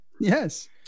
yes